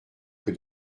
que